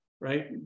right